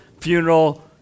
funeral